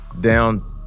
down